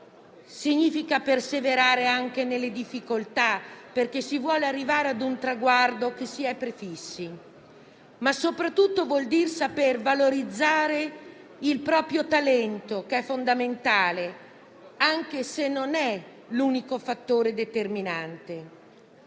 Significa perseverare anche nelle difficoltà, perché si vuole arrivare a un traguardo che ci si è prefissi. E soprattutto vuol dire saper valorizzare il proprio talento, che è fondamentale, anche se non è l'unico fattore determinante.